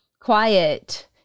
quiet